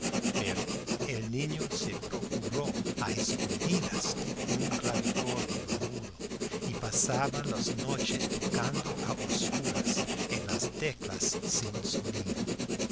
pero el niño se procuró a escondidas un clavicordio mudo y pasaba las noches tocando a oscuras en las teclas sin sonido